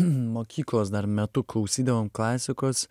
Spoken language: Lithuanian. mokyklos dar metu klausydavom klasikos